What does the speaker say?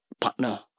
partner